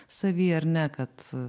savy ar ne kad